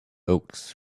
oaks